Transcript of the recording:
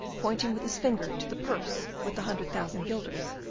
pointing with his finger to the purse with the hundred thousand guilders,